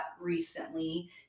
recently